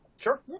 Sure